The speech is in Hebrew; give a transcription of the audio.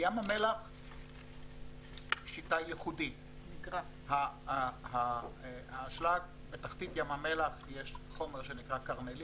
בים המלח השיטה ייחודית בתחתית ים המלח יש חומר שנקרא קרנליט,